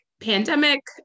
pandemic